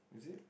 is it